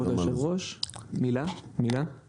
כבוד היושב ראש מילה אפשר?